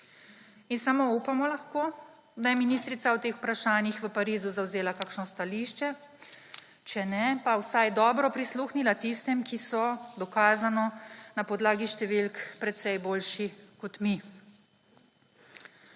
In samo upamo lahko, da je ministrica o teh vprašanjih v Parizu zavzela kakšno stališče. Če ne, pa vsaj dobro prisluhnila tistim, ki so dokazano na podlagi številk precej boljši kot mi.